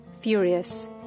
furious